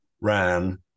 ran